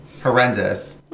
horrendous